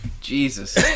Jesus